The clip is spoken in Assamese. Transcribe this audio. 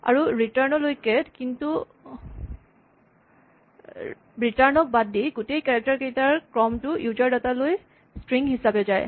আৰু ৰিৰ্টান লৈকে কিন্তু ৰিৰ্টান ক বাদ দি গোটেই কেৰেক্টাৰ কেইটা ৰ ক্ৰমটো ইউজাৰ ডাটা লৈ স্ট্ৰিং হিচাপে যায়